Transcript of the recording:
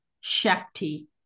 Shakti